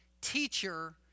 Teacher